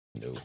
No